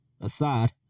aside